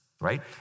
right